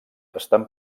estan